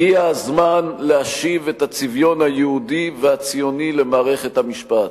הגיע הזמן להשיב את הצביון היהודי והציוני למערכת המשפט.